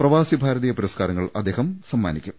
പ്രവാസി ഭാരതീയ പുരസ്കാരങ്ങൾ അദ്ദേഹം സമ്മാനിക്കും